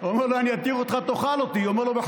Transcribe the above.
הוא אמר לו: אני אתיר אותך, תאכל אותי.